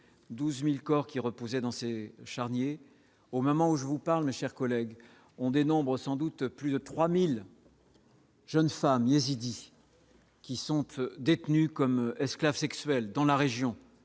12000 corps qui reposait danser charniers au moment où je vous parle, mes chers collègues, on dénombre sans doute plus de 3000. Jeune femme yézidie. Qui sont peu détenues comme esclaves sexuelles dans la région,